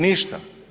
Ništa.